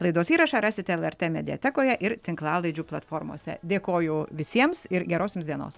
laidos įrašą rasit lrt mediatekoje ir tinklalaidžių platformose dėkoju visiems ir geros jums dienos